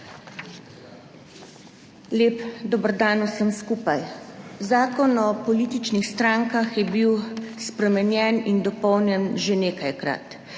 Lep dober dan vsem skupaj! Zakon o političnih strankah je bil spremenjen in dopolnjen že nekajkrat.